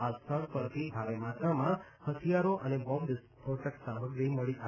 આ સ્થળ પરથી ભારે માત્રામાં હથિયારો અને બોમ્બ વિસ્ફોટક સામગ્રી મળી આવી છે